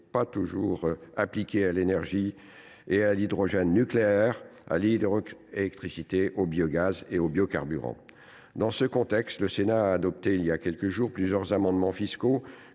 pas toujours appliqué à l’énergie et à l’hydrogène nucléaires, à l’hydroélectricité, au biogaz et aux biocarburants. Dans ce contexte, le Sénat a examiné il y a quelques jours plusieurs amendements fiscaux,